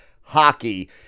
hockey